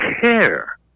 care